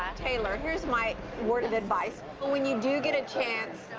ah taylor, here's my word of advice. when you do get a chance,